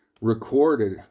recorded